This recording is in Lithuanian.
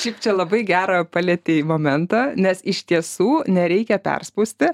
šiaip čia labai gerą palietei momentą nes iš tiesų nereikia perspausti